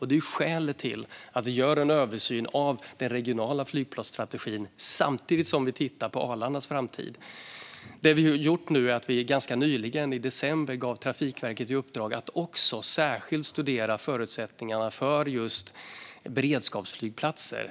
Det är också skälet till att vi nu gör en översyn av den regionala flygplatsstrategin samtidigt som vi tittar på Arlandas framtid. Det vi gjort är att vi ganska nyligen, i december, gav Trafikverket i uppdrag att särskilt studera förutsättningarna för beredskapsflygplatser.